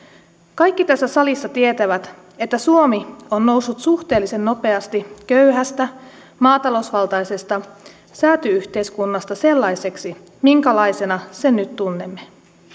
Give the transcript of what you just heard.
kaikki tässä salissa tietävät että suomi on noussut suhteellisen nopeasti köyhästä maatalousvaltaisesta sääty yhteiskunnasta sellaiseksi minkälaisena sen nyt tunnemme